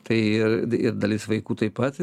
tai ir ir dalis vaikų taip pat